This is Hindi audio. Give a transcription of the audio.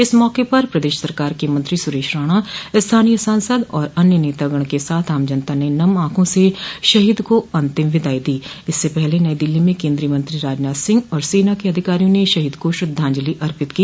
इस मौके पर प्रदेश सरकार के मंत्री सुरेश राणा स्थानीय सांसद और अन्य नेतागण के साथ आम जनता ने नम ऑखों से शहीद को अंतिम विदाई दी इससे पहले नई दिल्ली में केन्द्रीय मंत्री राजनाथ सिंह और सेना के अधिकारियों ने शहीद को श्रद्वांजलि अर्पित की